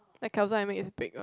that calzone I made is big one